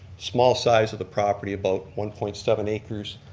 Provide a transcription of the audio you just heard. small size of the property about one point seven acres,